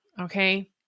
okay